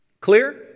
Clear